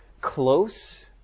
close